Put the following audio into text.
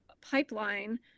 pipeline